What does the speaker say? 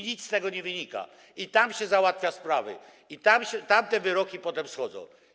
Nic z tego nie wynika, a tam się załatwia sprawy, a tam te wyroki potem schodzą.